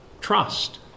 trust